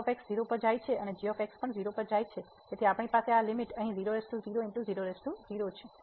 તેથી f 0 પર જાય છે અને g 0 પર જાય છે તેથી આપણી પાસે આ લીમીટ અહીં છે